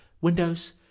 Windows